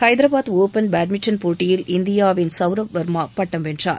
Hyderabad open badminton போட்டியின் இந்தியாவின் சவுரவ் வர்மா பட்டம் வென்றார்